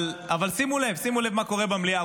אבל שימו לב מה קורה במליאה.